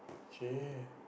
okay